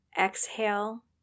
Exhale